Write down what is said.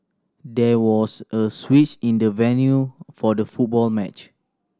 there was a switch in the venue for the football match